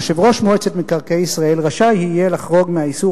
יושב-ראש מועצת מקרקעי ישראל רשאי יהיה לחרוג מהאיסור